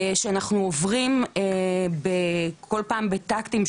שאנחנו עוברים כל פעם בטקטיים,